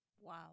Wow